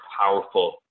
powerful